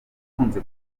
akunze